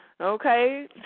Okay